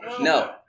No